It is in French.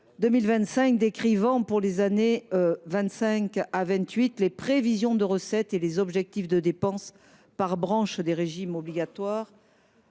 2025, décrivant pour les années 2025 à 2028 les prévisions de recettes et les objectifs de dépenses par branche des régimes obligatoires